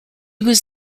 was